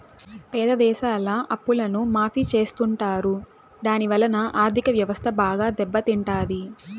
పేద దేశాల అప్పులను మాఫీ చెత్తుంటారు దాని వలన ఆర్ధిక వ్యవస్థ బాగా దెబ్బ తింటాది